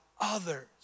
others